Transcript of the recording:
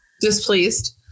Displeased